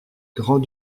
grand